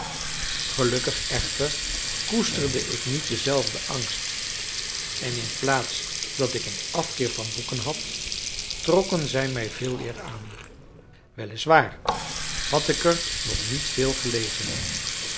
gelukkig echter koesterde ik niet denzelfden angst en in plaats dat ik een afkeer van boeken had trokken zij mij veeleer aan wel is waar had ik er nog niet veel gelezen